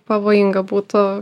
pavojinga būtų